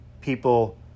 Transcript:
people